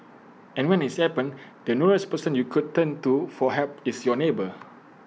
and when its happens the nearest person you could turn to for help is your neighbour